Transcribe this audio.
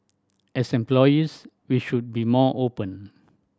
as employees we should be more open